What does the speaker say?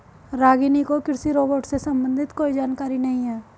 रागिनी को कृषि रोबोट से संबंधित कोई जानकारी नहीं है